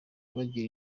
bagira